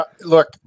look